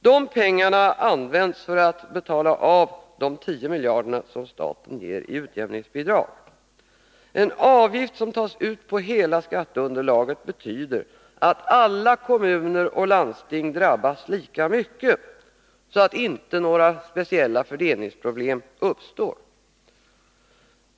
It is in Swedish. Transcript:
Dessa pengar används för att betala av de 10 miljarder som staten ger i utjämningsbidrag. En avgift som tas ut på hela skatteunderlaget betyder att alla kommuner och landsting drabbas lika mycket, så att det inte uppstår några speciella fördelningsproblem.